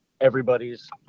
everybody's